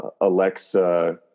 Alexa